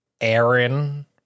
Aaron